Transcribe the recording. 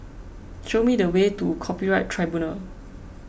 show me the way to Copyright Tribunal